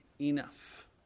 enough